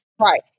Right